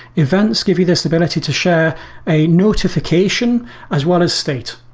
events give you the stability to share a notification as well as state.